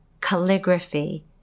calligraphy